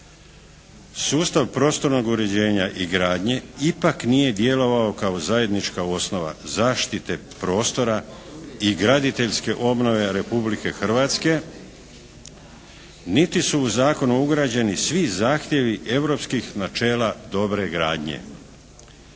Sustav prostornog uređenja i gradnje ipak nije djelovao kao zajednička osnova zaštite prostora i graditeljske obnove Republike Hrvatske niti su u zakonu ugrađeni svi zahtjevi europskih načela dobre gradnje.